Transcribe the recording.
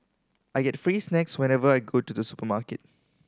I get free snacks whenever I go to the supermarket